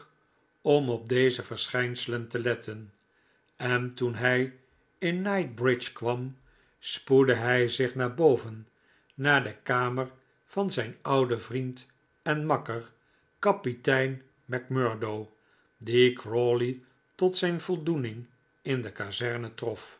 om op deze verschijnselen te letten en toen hij in knightsbridge kwam spoedde hij zich naar boven naar de kamer van zijn ouden vriend en makker kapitein macmurdo dien crawley tot zijn voldoening in de kazerne trof